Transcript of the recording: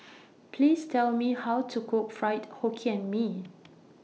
Please Tell Me How to Cook Fried Hokkien Mee